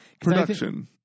Production